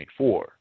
24